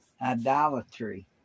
Idolatry